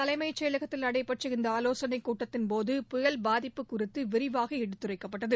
தலைமைச் செயலகத்தில் நடைபெற்ற இந்த ஆலோசனை கூட்டத்தின்போது புயல் பாதிப்பு குறித்து விரிவாக எடுத்துரைக்கப்பட்டது